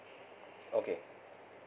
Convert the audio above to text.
okay